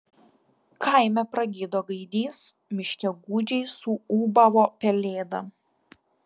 kaime pragydo gaidys miške gūdžiai suūbavo pelėda